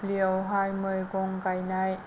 दुब्लियावहाय मैगं गायनाय